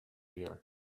here